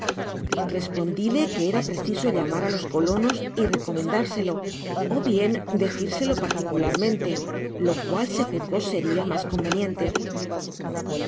ellos respondile que era preciso llamar á jos colonos y recomendárselo ó bien decirselo particularmente lo cual se juzgó seria mas conveniente